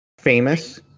famous